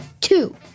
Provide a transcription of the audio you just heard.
two